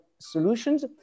solutions